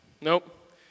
nope